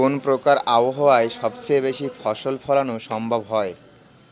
কোন প্রকার আবহাওয়ায় সবচেয়ে বেশি ফসল ফলানো সম্ভব হয়?